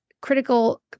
critical